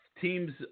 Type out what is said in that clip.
teams